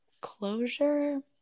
Closure